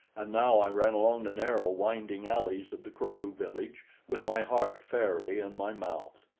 and now i ran along the narrow, winding alleys of the kro-lu village with my heart fairly in my mouth.